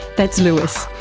that's lewis.